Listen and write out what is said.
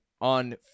on